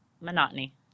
monotony